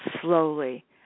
slowly